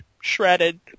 shredded